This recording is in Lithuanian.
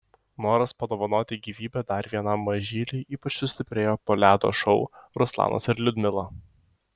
noras padovanoti gyvybę dar vienam mažyliui ypač sustiprėjo po ledo šou ruslanas ir liudmila